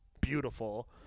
beautiful